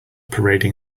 parading